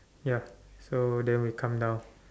ya so then we come down